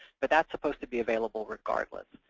but that's supposed to be available regardless.